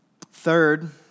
Third